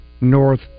North